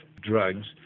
drugs